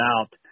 out